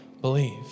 believe